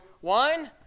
one